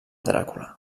dràcula